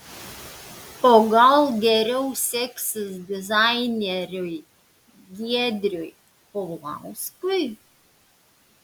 o gal geriau seksis dizaineriui giedriui paulauskui